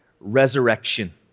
resurrection